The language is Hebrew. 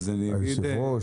היושב-ראש?